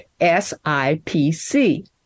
SIPC